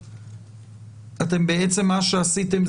בעצם מה שעשיתם,